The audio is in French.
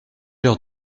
leurs